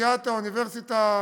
נשיאת האוניברסיטה,